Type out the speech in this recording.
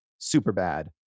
Superbad